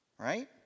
Right